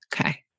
Okay